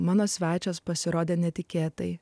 mano svečias pasirodė netikėtai